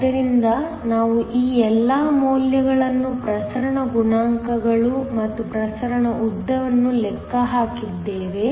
ಆದ್ದರಿಂದ ನಾವು ಈ ಎಲ್ಲಾ ಮೌಲ್ಯಗಳನ್ನು ಪ್ರಸರಣ ಗುಣಾಂಕಗಳು ಮತ್ತು ಪ್ರಸರಣ ಉದ್ದವನ್ನು ಲೆಕ್ಕ ಹಾಕಿದ್ದೇವೆ